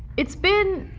it's been